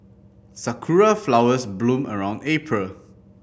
Sakura flowers bloom around April